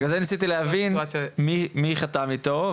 בגלל זה ניסיתי להבין מי חתם איתו,